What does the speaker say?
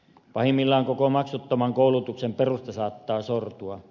pahimmillaan koko maksuttoman koulutuksen perusta saattaa sortua